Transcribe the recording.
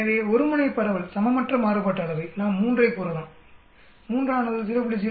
எனவே ஒரு முனை பரவல் சமமற்ற மாறுபாட்டு அளவை நாம் 3 ஐ கூறலாம் 3 ஆனது 0